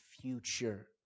future